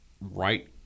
right